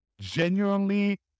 genuinely